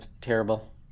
terrible